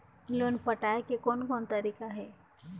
Loan पटाए के कोन कोन तरीका हे?